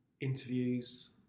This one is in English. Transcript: interviews